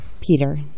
Peter